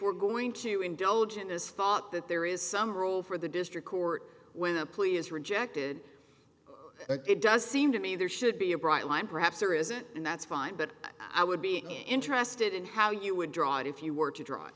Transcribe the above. we're going to indulge in this fought that there is some rule for the district court when the plea is rejected it does seem to me there should be a bright line perhaps there isn't and that's fine but i would be interested in how you would draw it if you were to dr